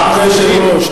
הצעירים שם.